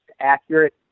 accurate